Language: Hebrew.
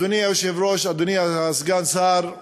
אדוני היושב-ראש, אדוני סגן השר,